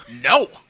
No